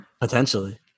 potentially